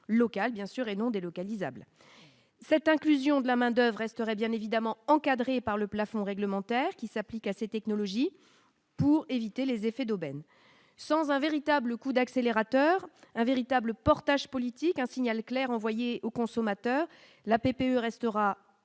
local bien sûr et non délocalisables cette inclusion de la Main-d'oeuvre resterait bien évidemment encadré par le plafond réglementaire qui s'applique à ces technologies pour éviter les effets d'aubaine sans un véritable coup d'accélérateur, un véritable portage politique un signal clair envoyé aux consommateurs la PPE restera